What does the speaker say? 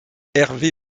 hervé